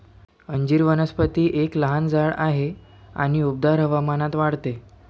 अंजीर वनस्पती एक लहान झाड आहे आणि उबदार हवामानात वाढते